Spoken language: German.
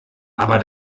aber